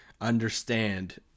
understand